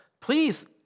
Please